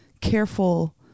careful